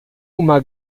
uma